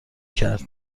کرد